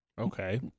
Okay